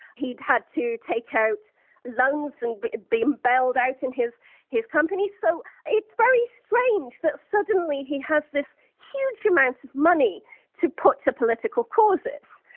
he'd had to take out loans and be bailed out and of his company, so it's very strange that suddenly he has this huge amount of money to put to political causes.